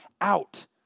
out